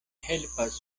helpas